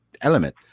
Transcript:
element